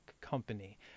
company